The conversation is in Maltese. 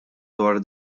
dwar